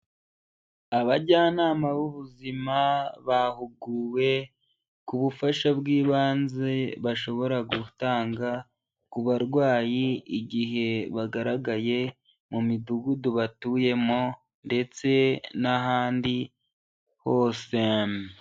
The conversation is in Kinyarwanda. Abajyanama b'ubuzima bahuguwe ku bufasha bw'ibanze bashobora gutanga ku barwayi igihe bagaragaye mu midugudu batuyemo, ndetse n'ahandi hose.